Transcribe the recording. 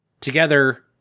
together